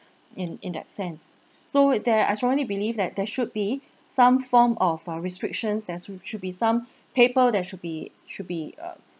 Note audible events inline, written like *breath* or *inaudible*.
in in that sense so it there I strongly believe that there should be some form of uh restrictions there should should be some *breath* paper there should be should be um